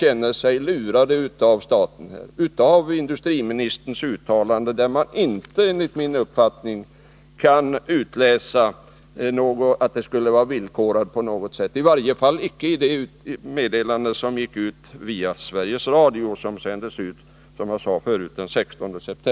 känner sig i dag lurade av staten. Av industriministerns uttalande — det gäller i varje fall det meddelande som den 16 september sändes ut av Sveriges Radio — kan man enligt min uppfattning inte utläsa att överenskommelsen skulle vara villkorad på något sätt.